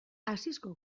asisko